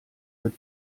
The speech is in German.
wird